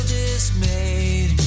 dismayed